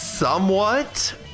Somewhat